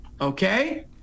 okay